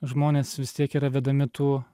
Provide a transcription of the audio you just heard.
žmonės vis tiek yra vedami tų